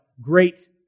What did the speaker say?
great